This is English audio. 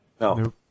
No